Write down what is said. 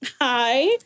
Hi